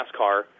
NASCAR